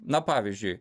na pavyzdžiui